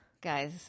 Guys